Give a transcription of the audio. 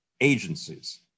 agencies